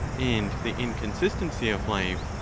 and the inconsistency of life,